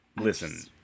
Listen